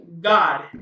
god